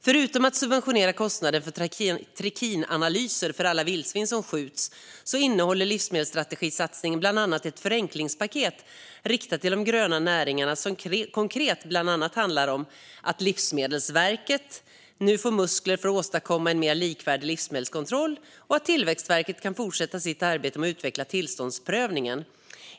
Förutom att subventionera kostnader för trikinanalyser för alla vildsvin som skjuts innehåller livsmedelsstrategisatsningen bland annat ett förenklingspaket riktat till de gröna näringarna. Konkret handlar det bland annat om att Livsmedelsverket nu får muskler att åstadkomma en mer likvärdig livsmedelskontroll och att Tillväxtverket kan fortsätta sitt arbete med att utveckla tillståndsprövningen.